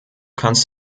kannst